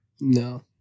No